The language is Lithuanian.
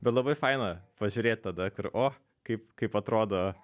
bet labai faina pažiūrėt tada kur o kaip kaip atrodo